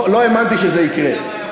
לא האמנתי שזה יקרה.